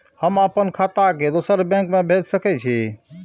हम आपन खाता के दोसर बैंक में भेज सके छी?